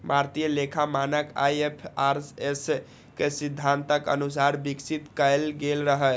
भारतीय लेखा मानक आई.एफ.आर.एस के सिद्धांतक अनुसार विकसित कैल गेल रहै